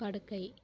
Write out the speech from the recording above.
படுக்கை